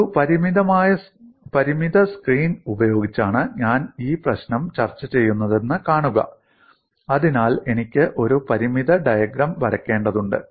ഒരു പരിമിത സ്ക്രീൻ ഉപയോഗിച്ചാണ് ഞാൻ ഈ പ്രശ്നം ചർച്ച ചെയ്യുന്നതെന്ന് കാണുക അതിനാൽ എനിക്ക് ഒരു പരിമിത ഡയഗ്രം വരയ്ക്കേണ്ടതുണ്ട്